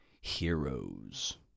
heroes